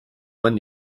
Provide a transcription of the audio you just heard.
man